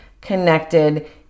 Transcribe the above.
connected